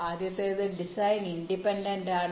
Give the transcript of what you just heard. ആദ്യത്തേത് design independent ആണ്